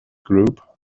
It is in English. group